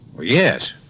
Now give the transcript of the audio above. yes